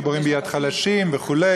גיבורים ביד חלשים וכו'.